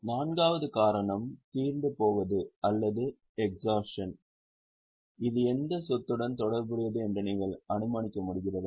நான்காவது காரணம் தீர்ந்துபோவது அல்லது எஸ்ஹாஷன் இது எந்த சொத்துடன் தொடர்புடையது என்று நீங்கள் அனுமானிக்க முடிகிறதா